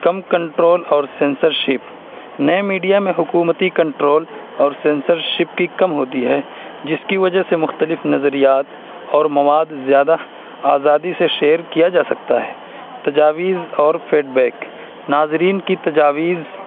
کم control اور censorship نئے media میں حکومتی کنٹرول اور سینسرشپ کی کم ہوتی ہے جس کی وجہ سے مختلف نظریات اور مواد زیادہ آزادی سے شیئر کیا جا سکتا ہے تجاویز اور فیڈ بیک ناظرین کی تجاویز